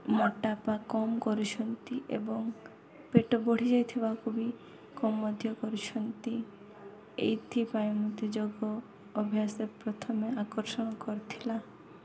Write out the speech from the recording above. ମୋଟାପା କମ୍ କରୁଛନ୍ତି ଏବଂ ପେଟ ବଢ଼ିଯାଇଥିବାକୁ ବି କମ୍ ମଧ୍ୟ କରୁଛନ୍ତି ଏଇଥିପାଇଁ ମୋତେ ଯୋଗ ଅଭ୍ୟାସ ପ୍ରଥମେ ଆକର୍ଷଣ କରିଥିଲା